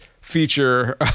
feature